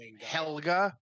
Helga